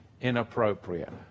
inappropriate